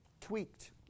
tweaked